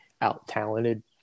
out-talented